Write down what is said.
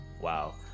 Wow